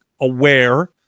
aware